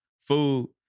food